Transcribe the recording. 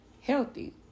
healthy